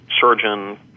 surgeon